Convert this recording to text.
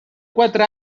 quatre